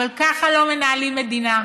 אבל ככה לא מנהלים מדינה.